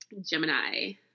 Gemini